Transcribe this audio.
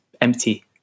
empty